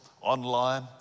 online